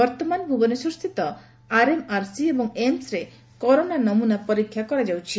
ବର୍ଉମାନ ଭୁବନେଶ୍ୱରସ୍ଥିତ ଆରଏମ୍ଆରସିଏବଂ ଏମ୍ସରେ କରୋନା ନମୁନା ପରୀକ୍ଷା କରାଯାଉଛି